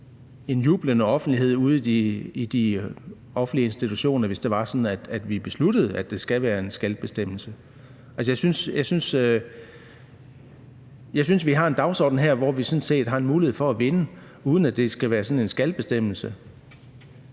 en jublende offentlighed ude i de offentlige institutioner, hvis det var sådan, at vi besluttede, at det skal være en »skal«-bestemmelse. Jeg synes, vi har en dagsorden her, hvor vi sådan set har en mulighed for at vinde, uden at det skal være sådan en »skal«-bestemmelse.